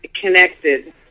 connected